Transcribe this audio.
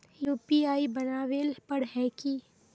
UPI बनावेल पर है की?